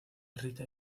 rita